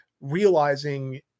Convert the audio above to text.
realizing –